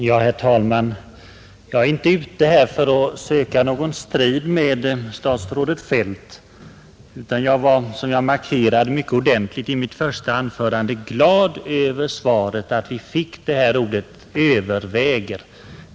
Herr talman! Jag är inte ute för att söka någon strid med statsrådet Feldt utan jag är, som jag markerade mycket tydligt i mitt första anförande, glad över att svaret innehöll ordet ”överväger”.